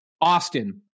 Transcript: Austin